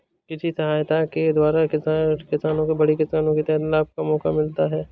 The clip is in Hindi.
कृषि सहकारिता के द्वारा छोटे किसानों को बड़े किसानों की तरह लाभ का मौका मिलता है